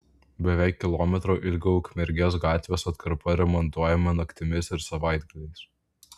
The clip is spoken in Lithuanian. beveik kilometro ilgio ukmergės gatvės atkarpa remontuojama naktimis ir savaitgaliais